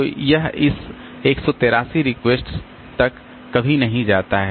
तो यह इस 183 रिक्वेस्ट तक कभी नहीं जाता है